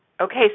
Okay